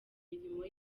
mirimo